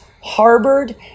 harbored